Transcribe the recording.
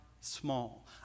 small